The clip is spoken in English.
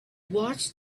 watched